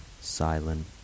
silent